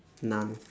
none